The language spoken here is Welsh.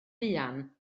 fuan